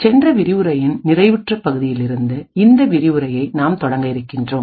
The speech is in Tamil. சென்ற விரிவுரையின் நிறைவுற்ற பகுதியிலிருந்து இந்த விரிவுரையை நாம் தொடங்க இருக்கின்றோம்